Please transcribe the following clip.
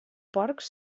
porcs